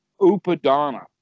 upadana